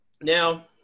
Now